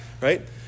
Right